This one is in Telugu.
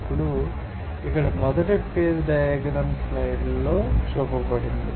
ఇప్పుడు ఇక్కడ 1 ఫేజ్ డయాగ్రమ్ స్లైడ్లలో చూపబడింది